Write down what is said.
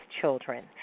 children